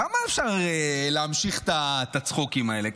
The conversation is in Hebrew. כמה אפשר להמשיך את הצחוקים האלה?